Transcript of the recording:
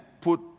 put